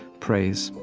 praise,